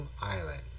Island